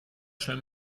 schnell